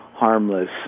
harmless